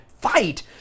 fight